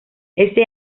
ese